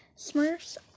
Smurfs